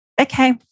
Okay